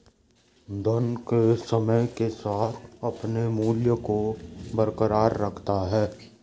धन समय के साथ अपने मूल्य को बरकरार रखता है